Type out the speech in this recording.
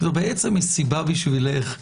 זו בעצם מסיבה בשבילך.